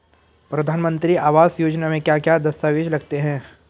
प्रधानमंत्री आवास योजना में क्या क्या दस्तावेज लगते हैं?